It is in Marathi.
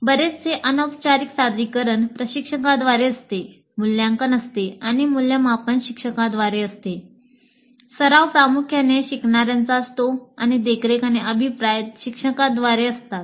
बरेचसे अनौपचारिक सादरीकरण प्रशिक्षकाद्वारे असते मूल्यांकन असते आणि मूल्यमापन शिक्षकांद्वारे असते सराव प्रामुख्याने शिकणाऱ्यांचा असतो आणि देखरेख व अभिप्राय प्रशिक्षकाद्वारे असतात